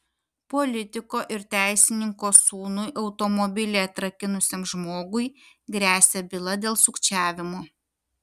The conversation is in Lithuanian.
politiko ir teisininko sūnui automobilį atrakinusiam žmogui gresia byla dėl sukčiavimo